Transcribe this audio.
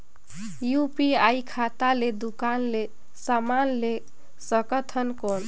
UPI खाता ले दुकान ले समान ले सकथन कौन?